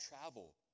travel